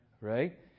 right